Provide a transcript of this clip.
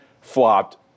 flopped